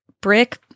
brick